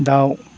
दाउ